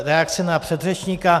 Reakce na předřečníka.